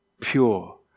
Pure